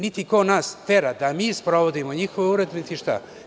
Niti nas ko tera da mi sprovodimo njihove uredbe niti šta.